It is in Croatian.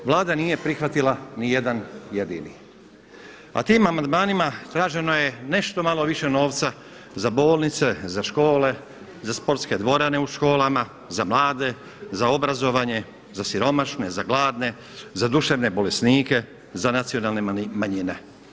Vlada nije prihvatila ni jedan jedini, a tim amandmanima traženo je nešto malo više novca za bolnice, za škole, za sportske dvorane u školama, za mlade, za obrazovanje, za siromašne, za gladne, za duševne bolesnike, za nacionalne manjine.